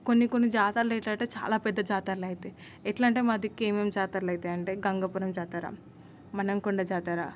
కొన్ని కొన్ని జాతరలో ఎట్లా అంటే చాలా పెద్ద జాతరలు అవుతాయి ఎట్లా అంటే మాదిక్కు ఏం ఏం జాతరలు అవుతాయి అంటే గంగాపురం జాతర మనం కొండ జాతర